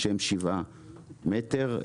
שהם שבעה מטר,